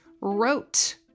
wrote